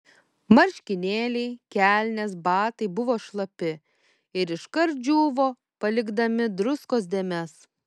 marškinėliai kelnės batai buvo šlapi ir iškart džiūvo palikdami druskos dėmes